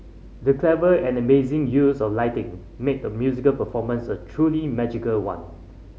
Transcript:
the clever and amazing use of lighting made the musical performance a truly magical one